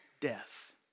death